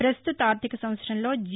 పస్తుత ఆర్గిక సంవత్సరంలో జి